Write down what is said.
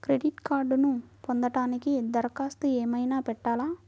Credit కార్డ్ను పొందటానికి దరఖాస్తు ఏమయినా పెట్టాలా?